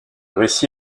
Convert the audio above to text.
récit